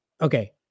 Okay